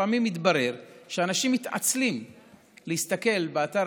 לפעמים מתברר שאנשים מתעצלים להסתכל באתר